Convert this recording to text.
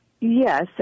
yes